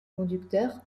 conducteur